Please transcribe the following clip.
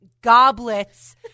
goblets